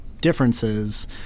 differences